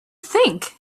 think